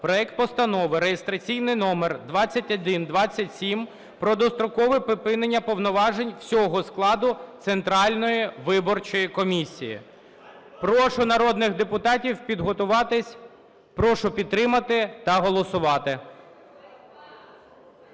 проект Постанови (реєстраційний номер 2127) про дострокове припинення повноважень всього складу Центральної виборчої комісії. Прошу народних депутатів підготуватися. Прошу підтримати та голосувати.